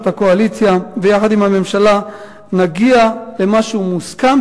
הקואליציה ויחד עם הממשלה נגיע למשהו מוסכם,